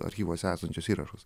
archyvuose esančius įrašus